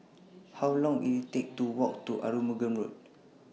How Long Will IT Take to Walk to Arumugam Road